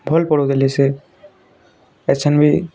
ଭଲ୍ ପଢ଼ାଉଥିଲେ ସେ ଏସନ୍ବି